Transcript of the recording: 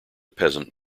peasant